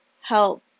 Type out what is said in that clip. help